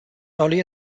early